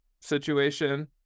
situation